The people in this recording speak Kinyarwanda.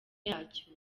yacyo